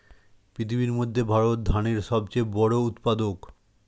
পৃথিবীর মধ্যে ভারত ধানের সবচেয়ে বড় উৎপাদক